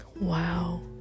Wow